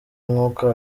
nkuko